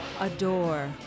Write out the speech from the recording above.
Adore